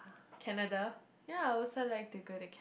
Canada ya I also like to go to